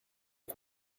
les